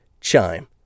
Chime